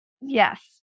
Yes